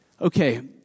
Okay